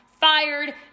fired